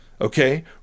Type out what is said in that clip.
Okay